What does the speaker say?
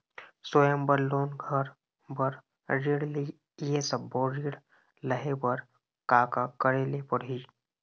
स्वयं बर लोन, घर बर ऋण, ये सब्बो ऋण लहे बर का का करे ले पड़ही?